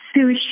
sushi